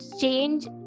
change